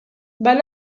van